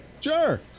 Sure